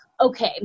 okay